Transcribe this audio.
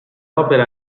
opere